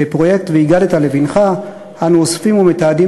בפרויקט "והגדת לבנך" אנו אוספים ומתעדים